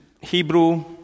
Hebrew